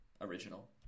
original